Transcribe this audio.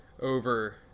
over